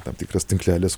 tam tikras tinklelis